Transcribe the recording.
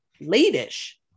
late-ish